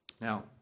Now